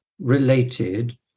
related